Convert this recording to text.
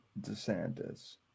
DeSantis